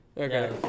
Okay